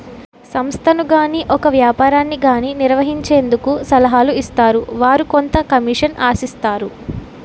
సంస్థను గాని ఒక వ్యాపారాన్ని గాని నిర్వహించేందుకు సలహాలు ఇస్తారు వారు కొంత కమిషన్ ఆశిస్తారు